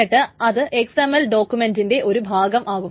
എന്നിട്ട് അത് XML ഡോക്യൂമെന്റിന്റെ ഒരു ഭാഗമാകും